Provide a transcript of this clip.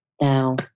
Now